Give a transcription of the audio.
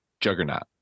juggernaut